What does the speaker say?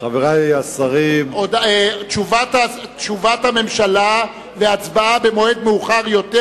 תשובת הממשלה והצבעה במועד מאוחר יותר,